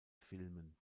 filmen